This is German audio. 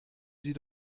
sie